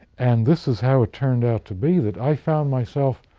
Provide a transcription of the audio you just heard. and this is how it turned out to be that i found myself